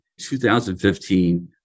2015